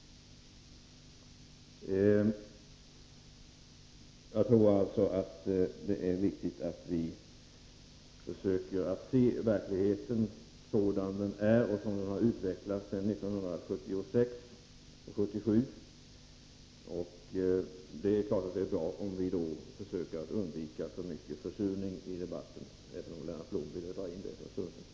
Jag tror alltså att det är viktigt att vi försöker se verkligheten sådan den är och som den utvecklats sedan 1976 och 1977. Det är klart att det är bra om vi då försöker undvika för mycket försurning i debatten — Lennart Blom ville dra in det för en stund sedan.